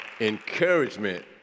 encouragement